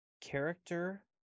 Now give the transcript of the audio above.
Character